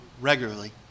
regularly